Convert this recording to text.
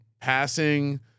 passing